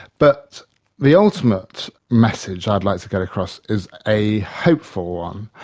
but the ultimate message i'd like to get across is a hopeful one,